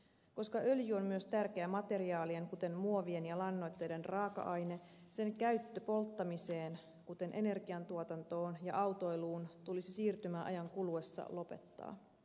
koska öljy on myös tärkeä materiaalien kuten muovien ja lannoitteiden raaka aine sen käyttö polttamiseen kuten energiantuotantoon ja autoiluun tulisi siirtymäajan kuluessa lopettaa